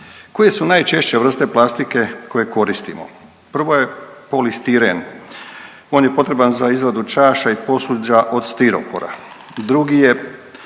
Koje su najčešće vrste plastike koje koristimo? Prvo je polistiren. On je potreban za izradu čaša i posuđa od stiropora. Drugi je